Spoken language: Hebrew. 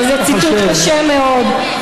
אבל זה ציטוט קשה מאוד,